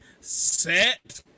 set